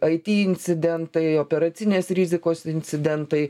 it incidentai operacinės rizikos incidentai